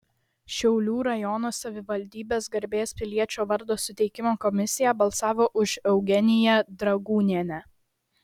šiaulių rajono savivaldybės garbės piliečio vardo suteikimo komisija balsavo už eugeniją dragūnienę